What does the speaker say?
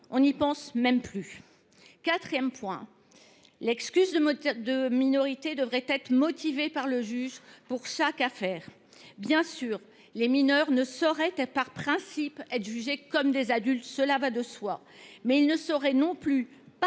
on n’y pense même plus ! Quatrièmement, l’excuse de minorité devrait être motivée par le juge pour chaque affaire. Bien sûr, les mineurs ne sauraient être par principe jugés comme des adultes – cela va de soi. Mais ils ne sauraient non plus être